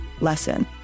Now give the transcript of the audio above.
lesson